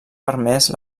permès